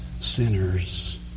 sinners